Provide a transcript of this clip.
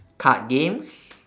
card games